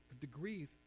degrees